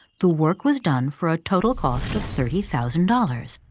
the work was done for a total cost of thirty thousand dollars.